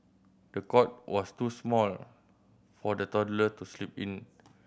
the cot was too small for the toddler to sleep in